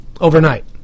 overnight